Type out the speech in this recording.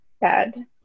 bad